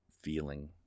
feeling